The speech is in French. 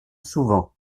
souvent